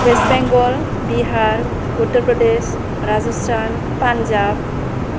west Bengal Bihar Uttar Pradesh Rajasthan Punjab